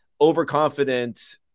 overconfident